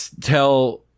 tell